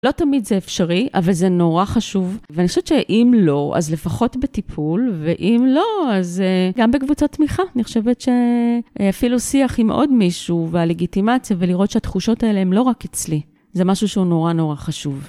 לא תמיד זה אפשרי, אבל זה נורא חשוב. ואני חושבת שאם לא, אז לפחות בטיפול, ואם לא, אז גם בקבוצת תמיכה. אני חושבת שאפילו שיח עם עוד מישהו, והלגיטימציה, ולראות שהתחושות האלה הם לא רק אצלי. זה משהו שהוא נורא נורא חשוב.